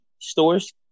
stores